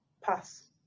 pass